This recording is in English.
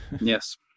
yes